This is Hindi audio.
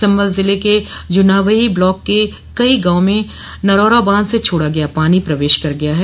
सम्भल जिले के जुनावयी ब्लॉक के कई गांवों में नरौरा बांध से छोड़ा गया पानी प्रवेश कर गया है